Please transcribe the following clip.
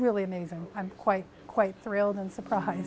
really amazing and i'm quite quite thrilled and surprised